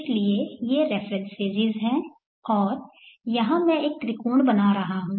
इसलिए ये reference phases हैं और यहां मैं एक त्रिकोण बना रहा हूं